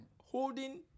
holding